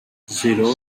zero